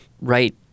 right